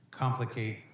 complicate